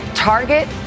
Target